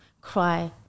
cry